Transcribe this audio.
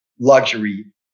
luxury